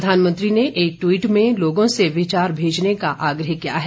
प्रधानमंत्री ने एक ट्वीट में लोगों से विचार भेजने का आग्रह किया है